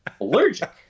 allergic